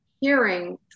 hearing